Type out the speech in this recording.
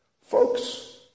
Folks